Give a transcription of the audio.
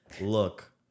look